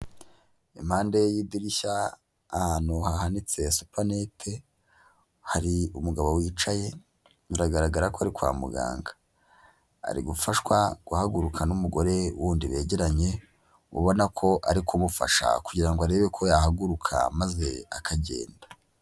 Impande y'idirishya ahantu hahanitse supanete, hari umugabo wicaye biragaragara ko ari kwa muganga. Ari gufashwa guhaguruka n'umugore wundi begeranye, ubona ko ari kumufasha kugira ngo arebe ko yahaguruka maze akagenda.